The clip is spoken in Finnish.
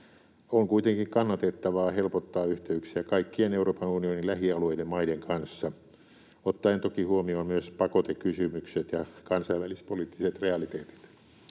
On kuitenkin kannatettavaa helpottaa yhteyksiä kaikkien Euroopan unionin lähialueiden maiden kanssa ottaen toki huomioon myös pakotekysymykset ja kansainvälispoliittiset realiteetit.